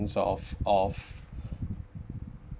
of of